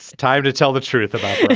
time to tell the truth about